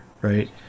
right